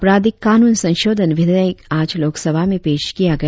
आपराधिक कानून संशोधन विधेयक आज लोकसभा में पेश किया गया